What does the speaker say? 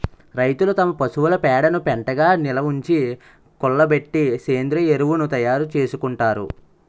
రైతులు తమ పశువుల పేడను పెంటగా నిలవుంచి, కుళ్ళబెట్టి సేంద్రీయ ఎరువును తయారు చేసుకుంటారు